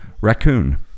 raccoon